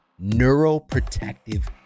neuroprotective